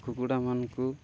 କୁକୁଡ଼ା ମାନଙ୍କୁ